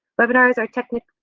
webinars are technically,